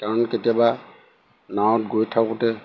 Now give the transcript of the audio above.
কাৰণ কেতিয়াবা নাৱত গৈ থাকোঁতে